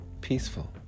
peaceful